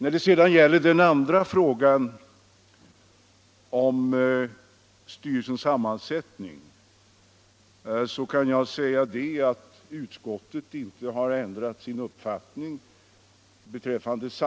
Vad sedan angår frågan om styrelsens sammansättning kan jag säga att utskottet inte där har ändrat uppfattning.